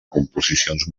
composicions